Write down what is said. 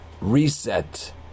reset